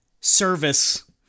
service